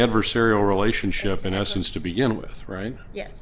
adversarial relationship in essence to begin with right ye